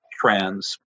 trends